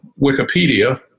Wikipedia